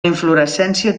inflorescència